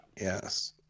yes